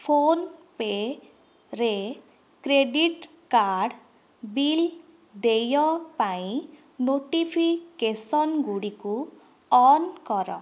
ଫୋନ୍ପେ'ରେ credit card bill ଦେୟ ପାଇଁ ନୋଟିଫିକେସନ୍ଗୁଡ଼ିକୁ ଅନ୍ କର